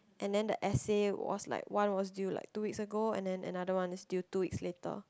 and then the essay was like one was due like two weeks ago and then another one is due two weeks later